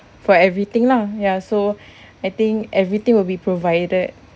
for everything lah ya so I think everything will be provided